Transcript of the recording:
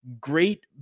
great